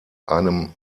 einem